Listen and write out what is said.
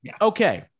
Okay